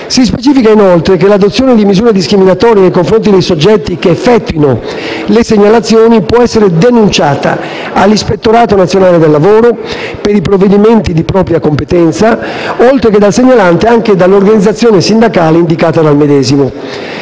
Si specifica, inoltre, che l'adozione di misure discriminatorie nei confronti dei soggetti che effettuino le segnalazioni può essere denunciata all'Ispettorato nazionale del lavoro, per i provvedimenti di propria competenza, oltre che dal segnalante anche dall'organizzazione sindacale indicata dal medesimo.